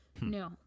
No